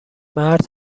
مرد